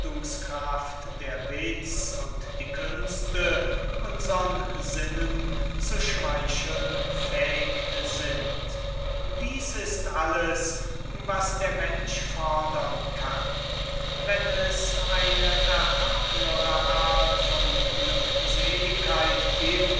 der witz und die künste unsern sinnen zu schmeicheln fähig sind dieses ist alles was der mensch fodern kann und wenn es eine erhabnere art von